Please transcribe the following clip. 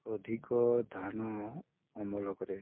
ଅଧିକ ଧାନ ଅମଳ କରେ